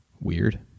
Weird